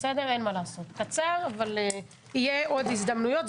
קצר, אבל יהיו עוד הזדמנויות.